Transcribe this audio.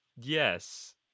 Yes